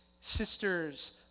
sisters